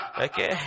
Okay